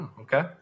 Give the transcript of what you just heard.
Okay